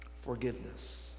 Forgiveness